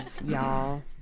y'all